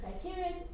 criteria